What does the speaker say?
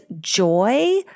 joy